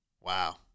Wow